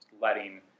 letting